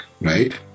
right